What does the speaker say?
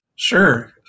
Sure